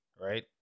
Right